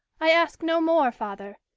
i ask no more, father!